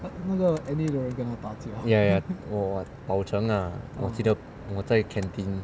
ya ya 我 bao cheng ah 我记得我在 canteen